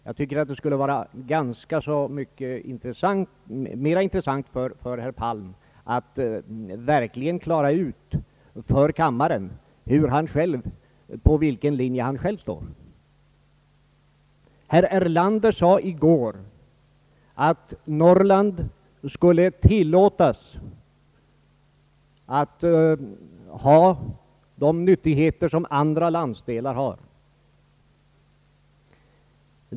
Jag tycker att det bör vara mera intressant för herr Palm att verkligen klara ut för kammaren på vilken linje han själv står. Herr Erlander sade i går att Norrland skulle tillåtas att ha samma nyttigheter som andra landsdelar har.